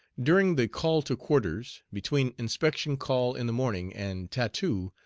during the call to quarters, between inspection call in the morning and tattoo,